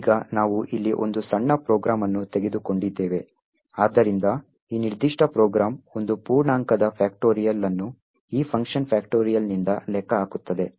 ಈಗ ನಾವು ಇಲ್ಲಿ ಒಂದು ಸಣ್ಣ ಪ್ರೋಗ್ರಾಂ ಅನ್ನು ತೆಗೆದುಕೊಂಡಿದ್ದೇವೆ ಆದ್ದರಿಂದ ಈ ನಿರ್ದಿಷ್ಟ ಪ್ರೋಗ್ರಾಂ ಒಂದು ಪೂರ್ಣಾಂಕದ ಫ್ಯಾಕ್ಟೋರಿಯಲ್ ಅನ್ನು ಈ ಫಂಕ್ಷನ್ ಫ್ಯಾಕ್ಚ್ಯುಯಲ್ನಿಂದ ಲೆಕ್ಕಹಾಕುತ್ತದೆ